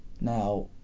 Now